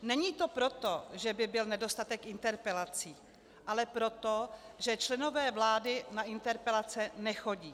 Není to proto, že by byl nedostatek interpelací, ale proto, že členové vlády na interpelace nechodí.